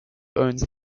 owns